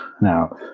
Now